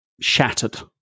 shattered